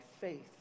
faith